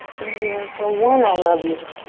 we're here for one i love you.